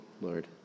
Lord